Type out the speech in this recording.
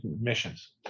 missions